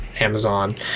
Amazon